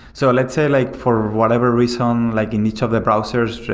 so let's say like for whatever reason um like in each of the browsers,